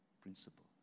principle